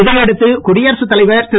இதையடுத்து குடியரசுத் தலைவர் திரு